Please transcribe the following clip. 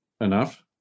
enough